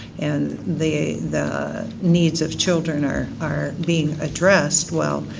and the the needs of children are are being address, well,